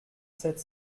sept